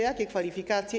Jakie kwalifikacje?